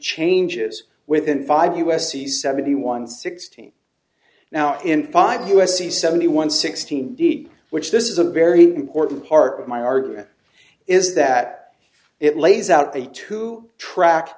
changes within five u s c seventy one sixteen now in five u s c seventy one sixteen deed which this is a very important part of my argument is that it lays out a two track